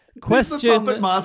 Question